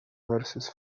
verses